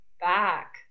back